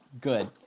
good